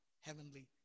Heavenly